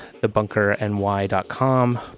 thebunkerny.com